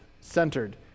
centered